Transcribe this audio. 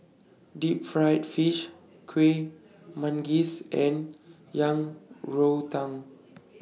Deep Fried Fish Kuih Manggis and Yang Rou Tang